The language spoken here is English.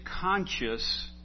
conscious